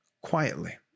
quietly